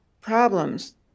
problems